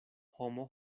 homo